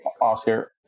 Oscar